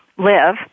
Live